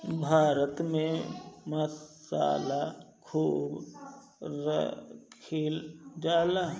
भारत में मसाला खूब खाइल जाला